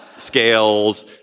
Scales